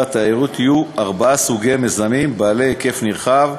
התיירות יהיו ארבעה סוגי מיזמים בעלי היקף נרחב,